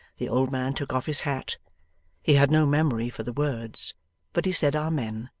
the old man took off his hat he had no memory for the words but he said amen,